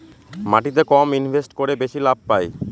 মাটিতে কম ইনভেস্ট করে বেশি লাভ পাই